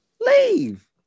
Leave